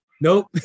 Nope